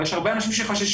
אבל יש הרבה אנשים שחששו,